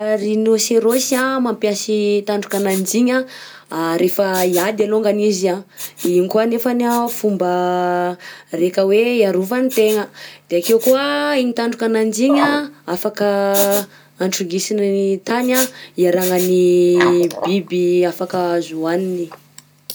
An, rhinocéros an mampiasy trandroka ananjy igny anh, rehefa hiady alongany izy anh de iny koa nefany anh fomba raika hoe hiarovan-tegna, de akeo koa igny tandroka ananjy igny anh afaka antrongisina ny tany anh hiaragnany biby afaka azo hohaniny.